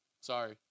Sorry